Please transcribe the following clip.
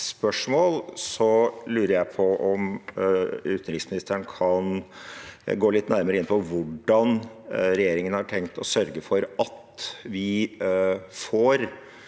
lurer jeg på om utenriksministeren kan gå litt nærmere inn på hvordan regjeringen har tenkt å sørge for at vi får